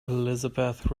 elizabeth